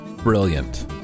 Brilliant